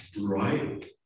right